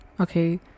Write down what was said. okay